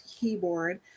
keyboard